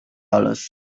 dollars